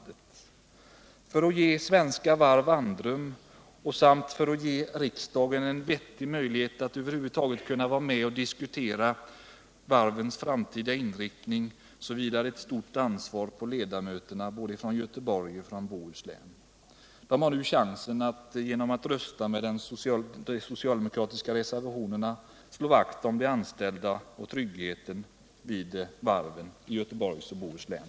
Det gäller nu att ge Svenska Varv andrum och att ge riksdagen en vettig möjlighet att över huvud taget vara med och diskutera varvens framtida inriktning. Här vilar det ett stort ansvar på ledamöterna från Göteborg och från Bohuslän. De har nu chansen att genom att rösta med de socialdemokratiska reservationerna slå vakt om tryggheten för de anställda vid varven.